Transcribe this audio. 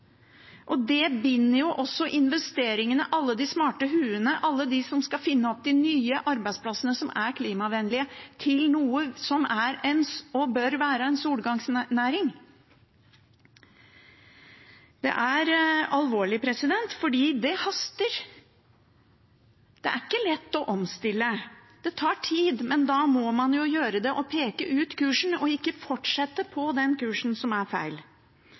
Det binder jo også investeringene, alle de smarte hodene, alle dem som skal finne opp de nye arbeidsplassene som er klimavennlige, til noe som er og bør være en solnedgangsnæring. Det er alvorlig, for det haster. Det er ikke lett å omstille. Det tar tid, men en må jo gjøre det, peke ut kursen og ikke fortsette på den kursen som er feil.